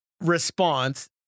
response